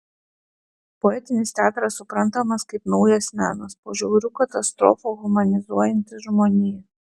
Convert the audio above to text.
poetinis teatras suprantamas kaip naujas menas po žiaurių katastrofų humanizuojantis žmoniją